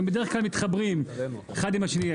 בדרך כלל הן מתחברות אחת עם השנייה.